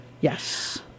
Yes